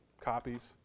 copies